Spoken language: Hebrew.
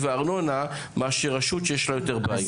הארנונה מאשר רשות שיש לה יותר בעיות.